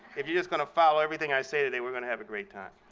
if you're just going to follow everything i say today we're going to have a great time.